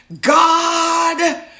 God